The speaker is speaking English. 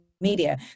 Media